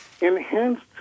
Enhanced